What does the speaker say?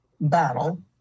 battle